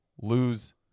lose